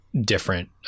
different